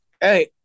Hey